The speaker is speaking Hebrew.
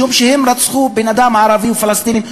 משום שהם רצחו בן-אדם ערבי או פלסטיני,